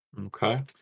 Okay